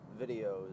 videos